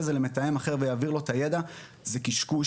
זה לאיזה מתאם אחר ויעביר לו את הידע זה קשקוש.